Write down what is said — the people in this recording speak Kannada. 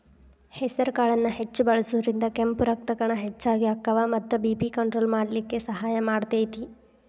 ಹೆಸರಕಾಳನ್ನ ಹೆಚ್ಚ್ ಬಳಸೋದ್ರಿಂದ ಕೆಂಪ್ ರಕ್ತಕಣ ಹೆಚ್ಚಗಿ ಅಕ್ಕಾವ ಮತ್ತ ಬಿ.ಪಿ ಕಂಟ್ರೋಲ್ ಮಾಡ್ಲಿಕ್ಕೆ ಸಹಾಯ ಮಾಡ್ತೆತಿ